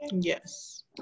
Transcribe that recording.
Yes